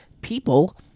people